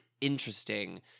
interesting